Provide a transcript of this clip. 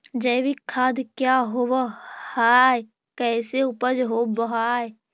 जैविक खाद क्या होब हाय कैसे उपज हो ब्हाय?